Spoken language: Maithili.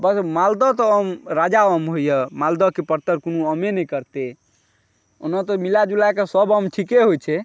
आ मालदह तऽ राजा आम होइ यऽ मालदहके परतर कोनो आमे नहि करतय ओना तऽ मिलाजुलाकऽ सभ आम ठीके होइत छै